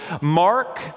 Mark